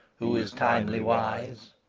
who is timely wise.